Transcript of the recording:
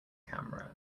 camera